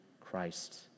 Christ